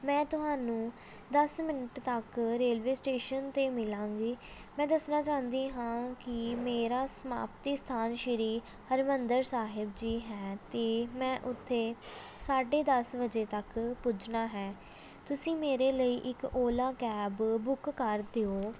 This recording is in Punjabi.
ਮੈਂ ਤੁਹਾਨੂੰ ਦਸ ਮਿੰਟ ਤੱਕ ਰੇਲਵੇ ਸਟੇਸ਼ਨ 'ਤੇ ਮਿਲਾਂਗੀ ਮੈਂ ਦੱਸਣਾ ਚਾਹੁੰਦੀ ਹਾਂ ਕਿ ਮੇਰਾ ਸਮਾਪਤੀ ਸਥਾਨ ਸ਼੍ਰੀ ਹਰਿਮੰਦਰ ਸਾਹਿਬ ਜੀ ਹੈ ਅਤੇ ਮੈਂ ਉੱਥੇ ਸਾਢੇ ਦਸ ਵਜੇ ਤੱਕ ਪੁੱਜਣਾ ਹੈ ਤੁਸੀਂ ਮੇਰੇ ਲਈ ਇੱਕ ਓਲਾ ਕੈਬ ਬੁੱਕ ਕਰ ਦਿਓ